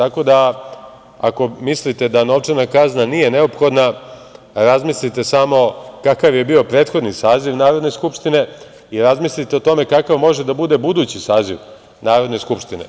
Ako mislite da novčana kazna nije neophodna, razmislite samo kakav je bio prethodni saziv Narodne skupštine i razmislite o tome kakav može da bude budući saziv Narodne skupštine.